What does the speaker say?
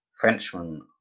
frenchman